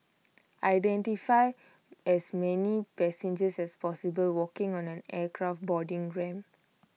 identify as many passengers as possible walking on an aircraft boarding ramp